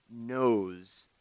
knows